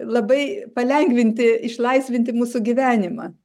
labai palengvinti išlaisvinti mūsų gyvenimą